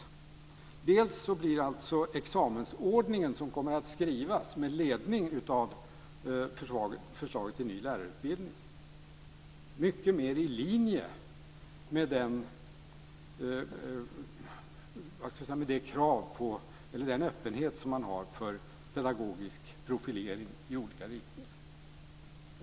För det första blir den examensordning som kommer att utarbetas med ledning av förslaget till ny lärarutbildning mycket mer i linje med den öppenhet som man har för pedagogisk profilering i olika riktningar.